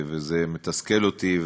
וזה מתסכל אותי,